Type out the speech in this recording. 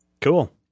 Cool